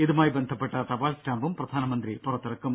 ഇതുമായി ബന്ധപ്പെട്ട തപാൽ സ്റ്റാമ്പും പ്രധാനമന്ത്രി പുറത്തിറക്കും